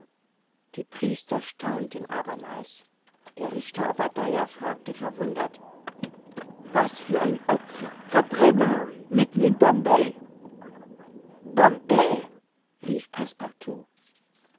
die priester staunten abermals der richter obadiah fragte verwundert was für ein opfer verbrennen mitten in bombay bombay rief